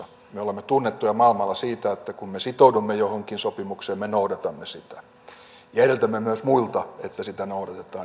me olemme tunnettuja maailmalla siitä että kun me sitoudumme johonkin sopimukseen me noudatamme sitä ja edellytämme myös muilta että sitä noudatetaan